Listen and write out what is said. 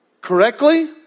Correctly